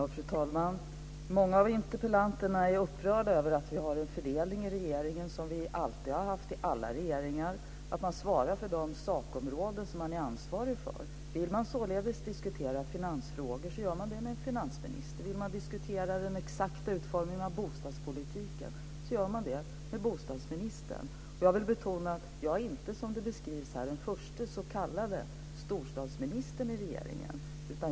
Fru talman! Många av interpellanterna är upprörda över att vi har en fördelning i regeringen som vi alltid har haft i alla regeringar, nämligen att man svarar för de sakområden som man är ansvarig för. Vill man således diskutera finansfrågor gör man det med finansministern. Vill man diskutera den exakta utformningen av bostadspolitiken gör man det med bostadsministern. Jag vill betona att jag inte är, som det beskrivs här, den förste s.k. storstadsministern i regeringen.